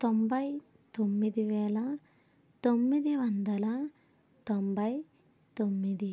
తొంభై తొమ్మిది వేల తొమ్మిది వందల తొంభై తొమ్మిది